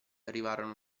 arrivarono